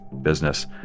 business